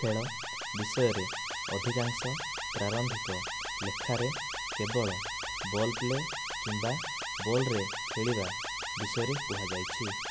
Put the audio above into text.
ଖେଳ ବିଷୟରେ ଅଧିକାଂଶ ପ୍ରାରମ୍ଭିକ ଲେଖାରେ କେବଳ ବଲ୍ ପ୍ଲେ କିମ୍ବା 'ବଲ୍ରେ ଖେଳିବା' ବିଷୟରେ କୁହାଯାଇଛି